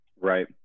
right